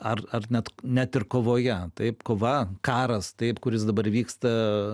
ar ar net net ir kovoje taip kova karas taip kuris dabar vyksta